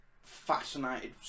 fascinated